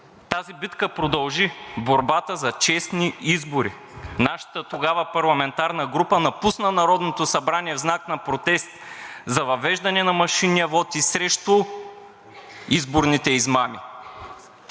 тази битка продължи борбата за честни избори, нашата тогава парламентарна група напусна Народното събрание в знак на протест за въвеждане на машинния вот и срещу изборните измами.